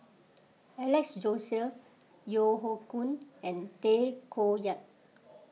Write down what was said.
Alex Josey Yeo Hoe Koon and Tay Koh Yat